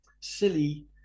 silly